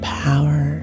power